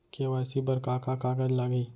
KYC बर का का कागज लागही?